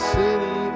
city